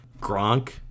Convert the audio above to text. Gronk